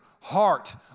heart